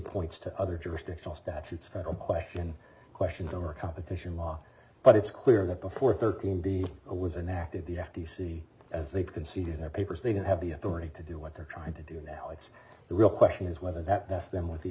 points to other jurisdictional statutes federal question questions or competition law but it's clear that before thirteen be a was an act of the f t c as they conceded their papers they didn't have the authority to do what they're trying to do now it's the real question is whether that's them with the